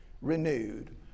renewed